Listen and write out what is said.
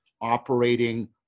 operating